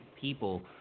people